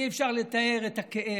אי-אפשר לתאר את הכאב,